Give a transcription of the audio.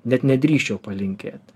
net nedrįsčiau palinkėt